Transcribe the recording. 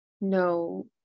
No